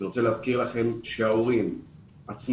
אני רוצה להזכיר לכם שההורים עצמם,